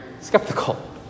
skeptical